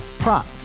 Prop